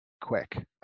quick